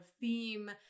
theme